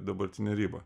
dabartinę ribą